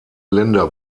länder